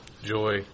joy